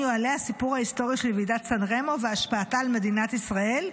יועלה הסיפור ההיסטורי של ועידת סן רמו והשפעתה על מדינת ישראל,